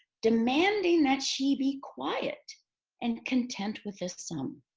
demanding that she be quiet and content with this sum.